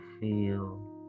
feel